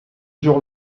jour